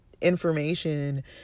information